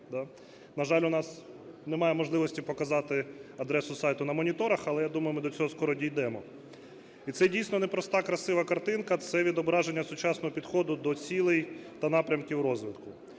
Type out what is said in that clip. На жаль, у нас немає можливості показати адресу сайту на моніторах, але думаю, ми до цього скоро дійдемо. І це, дійсно, не проста красива картинка, це відображення сучасного підходу до цілей та напрямків розвитку.